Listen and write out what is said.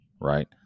right